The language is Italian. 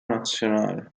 nazionale